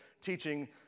teaching